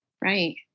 Right